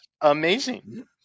amazing